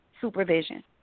supervision